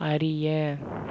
அறிய